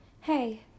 Hey